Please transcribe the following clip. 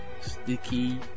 Sticky